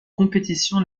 compétition